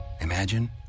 imagine